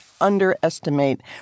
underestimate